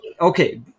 Okay